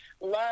Love